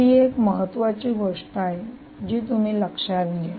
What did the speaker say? तर ही एक महत्वाची गोष्ट आहे जी तुम्ही लक्षात घ्या